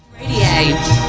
Radiate